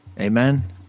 Amen